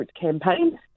campaign